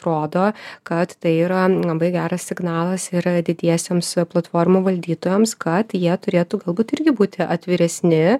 rodo kad tai yra labai geras signalas ir didiesiems platformų valdytojams kad jie turėtų galbūt irgi būti atviresni